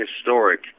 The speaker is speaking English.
historic